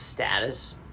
status